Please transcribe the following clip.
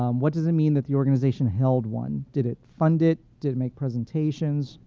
um what does it mean that the organization held one? did it fund it? did it make presentations?